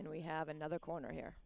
and we have another corner here